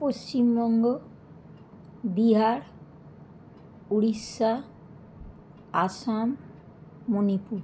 Paschimbanga Bihar Orissa Assam Manipur